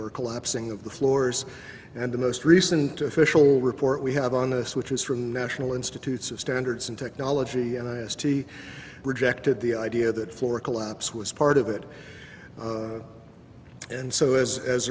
or collapsing of the floors and the most recent official report we have on this which is from the national institutes of standards and technology and i asked he rejected the idea that floor collapse was part of it and so as as